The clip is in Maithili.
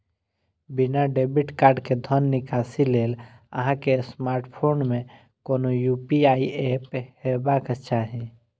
बिना डेबिट कार्ड के धन निकासी लेल अहां के स्मार्टफोन मे कोनो यू.पी.आई एप हेबाक चाही